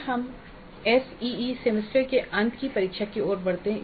फिर हम SEE semester के अंत की परीक्षा की ओर बढ़ते हैं